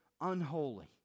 unholy